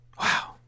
Wow